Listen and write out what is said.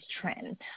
trend